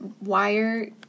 wire